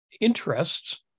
interests